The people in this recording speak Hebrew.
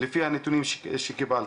לפי הנתונים שקיבלתי.